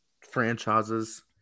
franchises